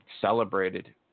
celebrated